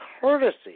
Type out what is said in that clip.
courtesy